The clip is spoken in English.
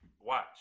Watch